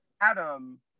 adam